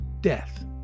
death